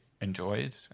enjoyed